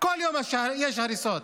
כל יום יש הריסות.